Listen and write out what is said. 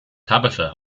tabitha